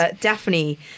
Daphne